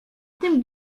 tym